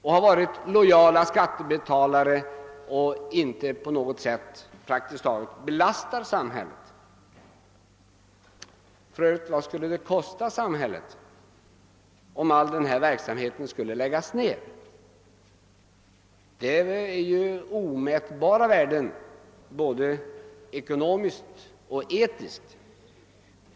De är lojala skattebetalare och belastar praktiskt taget inte samhället på något sätt. Vad skulle det kosta samhället, om all denna verksamhet skulle läggas ned? Det är fråga om omätbara värden både ekonomiskt och etiskt.